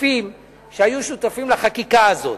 נוספים שהיו שותפים לחקיקה הזאת.